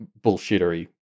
bullshittery